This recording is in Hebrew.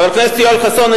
חבר הכנסת יואל חסון,